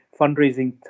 Fundraising